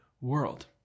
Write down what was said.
world